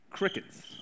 Crickets